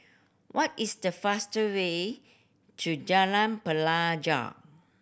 what is the faster way to Jalan Pelajau